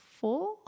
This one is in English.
four